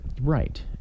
Right